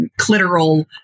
clitoral